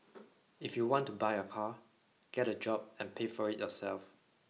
if you want to buy a car get a job and pay for it yourself